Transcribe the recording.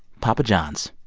papa john's,